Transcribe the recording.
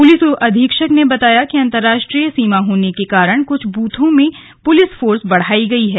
police अधीक्षक ने बताया कि अन्तर्राष्ट्रीय सीमा होने के कारण कुछ ब्रथों में पुलिस फोर्स बढ़ाई गई है